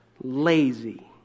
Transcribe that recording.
lazy